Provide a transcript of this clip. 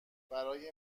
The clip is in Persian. برای